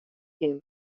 kinnen